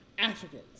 Africans